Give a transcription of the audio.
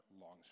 longs